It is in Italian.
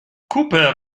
cooper